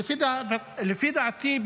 לפי דעתי,